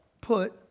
Put